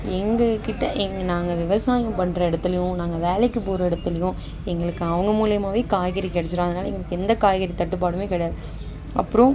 எங்கள் கிட்ட எங்கள் நாங்கள் விவசாயம் பண்ணுற இடத்துலையும் நாங்கள் வேலைக்கு போகிற இடத்துலையும் எங்களுக்கு அவங்க மூலிமாவே காய்கறி கிடச்சிரும் அதனால எங்களுக்கு எந்த காய்கறி தட்டுப்பாடும் கிடையாது அப்புறம்